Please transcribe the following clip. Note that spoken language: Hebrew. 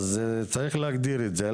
צריך להגדיר את זה.